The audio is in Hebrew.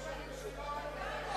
זה מה שהממשלה אוהבת לאכול.